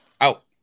Out